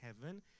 heaven